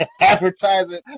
advertising